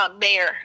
mayor